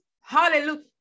hallelujah